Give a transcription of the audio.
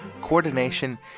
coordination